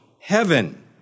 heaven